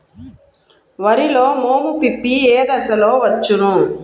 వరిలో మోము పిప్పి ఏ దశలో వచ్చును?